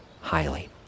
highly